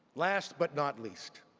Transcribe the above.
last but not least,